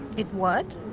it what?